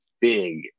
big